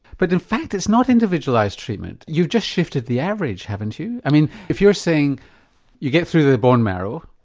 but in fact it's not individualised treatment, you've just shifted the average haven't you? i mean if you're saying you get through the bone marrow,